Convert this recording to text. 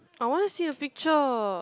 I want to see the picture